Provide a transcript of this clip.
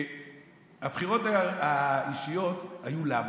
מנהלות סיעות האופוזיציה,